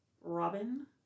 Robin